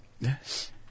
Yes